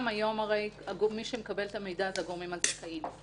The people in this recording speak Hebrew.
גם היום מי שמקבל את המידע זה הגורמים הזכאים.